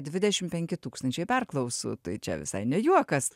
dvidešim penki tūkstančiai perklausų tai čia visai ne juokas